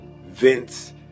vince